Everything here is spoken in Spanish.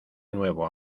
nuevo